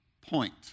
point